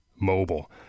mobile